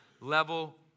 Level